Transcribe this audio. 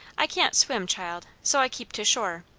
i can't swim, child, so i keep to shore.